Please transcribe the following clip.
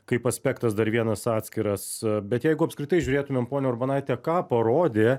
kaip aspektas dar vienas atskiras bet jeigu apskritai žiūrėtumėm ponia urbonaite ką parodė